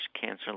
cancer